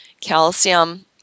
calcium